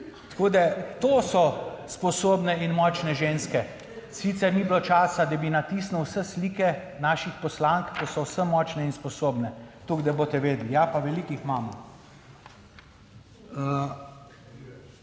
tako da, to so sposobne in močne ženske. Sicer ni bilo časa, da bi natisnil vse slike naših poslank, ki so vse močne in sposobne, toliko, da boste vedeli. Ja, pa veliko jih imamo.